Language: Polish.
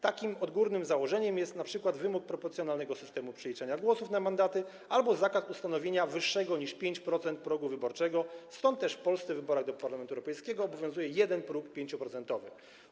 Takim odgórnym założeniem jest np. wymóg proporcjonalnego systemu przeliczania głosów na mandaty albo zakaz ustanowienia wyższego niż 5% progu wyborczego, stąd też w Polsce w wyborach do Parlamentu Europejskiego obowiązuje jeden próg - 5-procentowy.